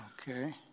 Okay